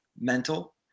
mental